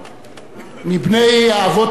מבני האבות המייסדים,